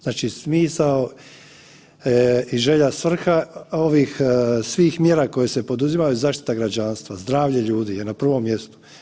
Znači smisao i želja i svrha ovih svih mjera koje se poduzimaju je zaštita građanstva, zdravlje ljudi je na prvom mjestu.